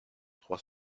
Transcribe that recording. trois